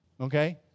Okay